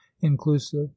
inclusive